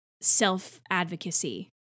self-advocacy